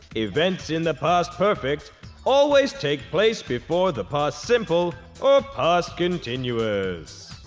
events in the past perfect always take place before the past simple or past continuous.